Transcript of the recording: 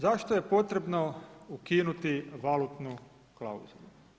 Zašto je potrebno ukinuti valutnu klauzulu?